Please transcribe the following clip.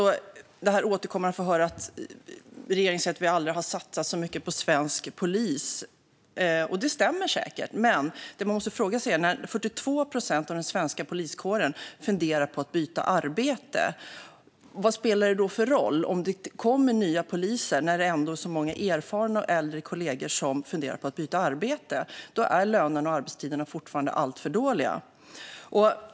Regeringen säger att vi aldrig har satsat så mycket på svensk polis. Det stämmer säkert. Men om 42 procent av den svenska poliskåren funderar på att byta arbete, vad spelar det då för roll om det kommer nya poliser när så många erfarna och äldre kollegor ändå funderar på att byta arbete? Då är lönerna och arbetstiderna fortfarande alltför dåliga.